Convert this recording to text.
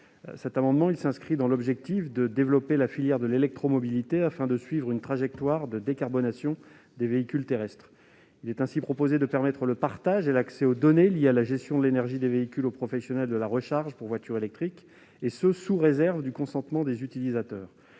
cet amendement, est de développer la filière de l'électromobilité, afin de suivre une trajectoire de décarbonation des véhicules terrestres. Ainsi, nous proposons d'ouvrir les données liées à la gestion de l'énergie des véhicules aux professionnels de la recharge pour voitures électriques, sous réserve du consentement des utilisateurs.